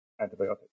antibiotics